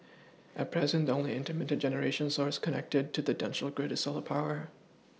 at present the only intermittent generation source connected to the national grid is solar power